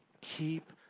Keep